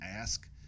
ask